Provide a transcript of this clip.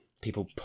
people